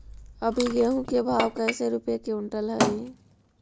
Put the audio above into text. अभी गेहूं के भाव कैसे रूपये क्विंटल हई?